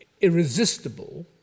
irresistible